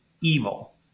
evil